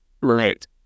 right